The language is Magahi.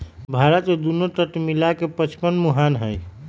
भारत में दुन्नो तट मिला के पचपन मुहान हई